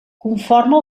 conforme